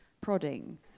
prodding